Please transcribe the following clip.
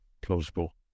plausible